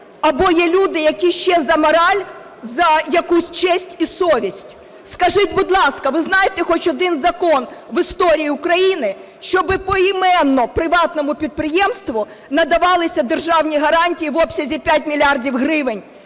або є люди, які ще за мораль, за якусь честь і совість. Скажіть, будь ласка, ви знаєте хоч один закон в історії України, щоб поіменно приватному підприємству надавалися державні гарантії в обсязі 5 мільярдів гривень?